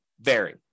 vary